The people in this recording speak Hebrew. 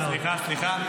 סליחה.